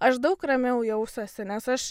aš daug ramiau jausiuosi nes aš